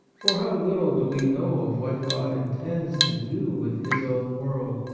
for how little do we know of what god intends to do with his own world!